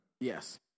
Yes